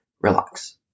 relax